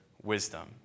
Wisdom